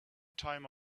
time